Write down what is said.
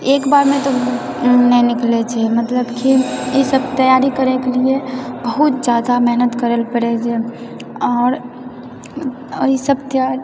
एकबारमे तऽ नहि निकलैत छै मतलब कि ई सब तैयारी करैके लिए बहुत जादा मेहनत करै लऽ पड़ैए आओर ई सब